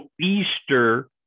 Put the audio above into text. Easter